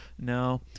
no